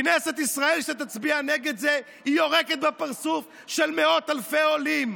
כנסת ישראל שתצביע נגד זה יורקת בפרצוף של מאות אלפי עולים.